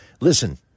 listen